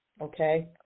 okay